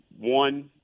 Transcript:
one